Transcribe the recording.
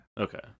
Okay